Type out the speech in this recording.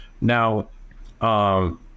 Now